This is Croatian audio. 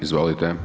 Izvolite.